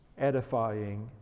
edifying